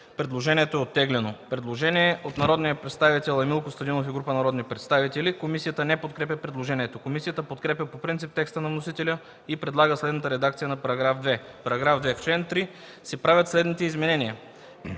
Предложението е оттеглено. Предложение от народния представител Емил Костадинов и група народни представители. Комисията не подкрепя предложението. Комисията подкрепя по принцип текста на вносителя и предлага следната редакция на § 2: „§ 2. В чл. 3 се правят следните изменения: